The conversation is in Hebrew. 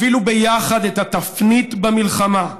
את התפנית במלחמה,